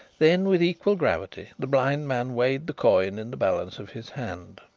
then with equal gravity the blind man weighed the coin in the balance of his hand.